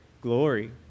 Glory